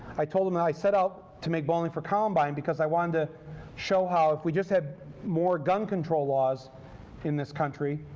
i told him that i set out to make bowling for columbine because i wanted to show how if we just had more gun control laws in this country,